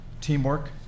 Teamwork